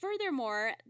Furthermore